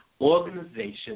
organization